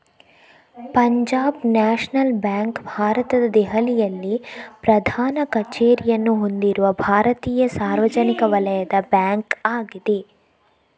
Punjab national bank ಭಾರತದ ದೆಹಲಿಯಲ್ಲಿ ಪ್ರಧಾನ ಕಚೇರಿಯನ್ನು ಹೊಂದಿರುವ ಭಾರತೀಯ ಸಾರ್ವಜನಿಕ ವಲಯದ ಬ್ಯಾಂಕ್ ಆಗಿದೆ